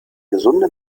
gesunde